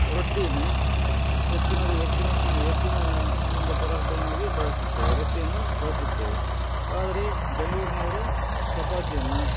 ರೊಟ್ಟಿಯನ್ನು ಹೆಚ್ಚಿನ ಒಂದು ಪಾದಾರ್ಥವನ್ನಾಗಿ ಬಳಸುತ್ತೇವೆ ರೊಟ್ಟಿಯನ್ನು ಬಳಸುತ್ತೇವೆ ಆದರೆ ಬೆಂಗಳೂರ್ನವರು ಚಪಾತಿಯನ್ನು